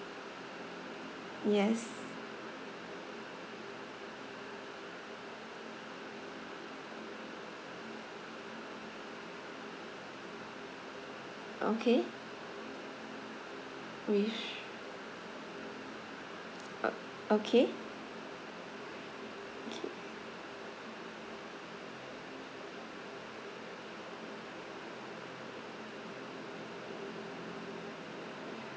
yes okay wish o~ okay